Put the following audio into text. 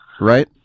right